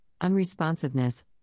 unresponsiveness